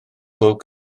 bob